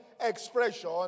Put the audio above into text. expression